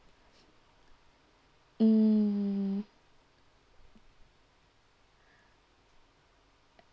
mm